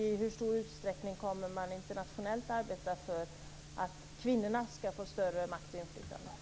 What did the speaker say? I hur stor utsträckning kommer man internationellt att arbeta för att kvinnorna ska få större makt och inflytande?